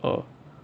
oh